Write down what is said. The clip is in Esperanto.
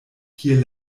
kiel